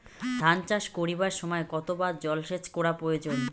ধান চাষ করিবার সময় কতবার জলসেচ করা প্রয়োজন?